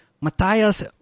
Matthias